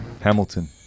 Hamilton